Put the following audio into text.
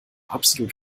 absolut